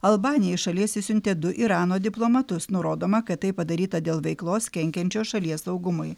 albanija iš šalies išsiuntė du irano diplomatus nurodoma kad tai padaryta dėl veiklos kenkiančios šalies saugumui